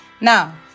Now